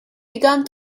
began